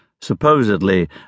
supposedly